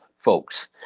folks